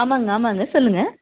ஆமாங்க ஆமாங்க சொல்லுங்கள்